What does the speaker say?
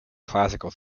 classical